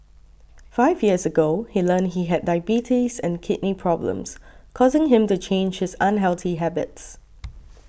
five years ago he learnt he had diabetes and kidney problems causing him to change his unhealthy habits